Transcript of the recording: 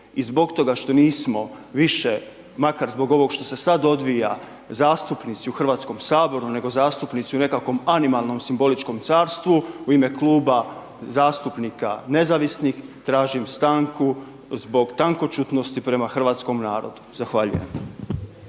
I zbog toga što nismo više, makar, zbog ovog što se sada odvija zastupnici u Hrvatskom saboru, nego zastupnici u nekakvom animalnom simboličnom carstvu u ime Kluba zastupnika Nezavisnih tražim stanku zbog tankoćutnosti prema hrvatskome narodu. Zahvaljujem.